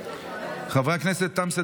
חברי הכנסת, תם